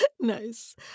Nice